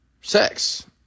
sex